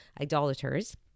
idolaters